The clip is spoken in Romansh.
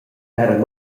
per